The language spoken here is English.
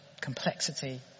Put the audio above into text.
complexity